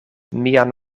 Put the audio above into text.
mian